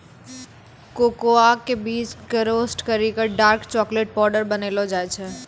cocoa के बीज कॅ रोस्ट करी क डार्क चाकलेट पाउडर बनैलो जाय छै